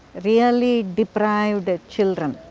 really deprived ah children.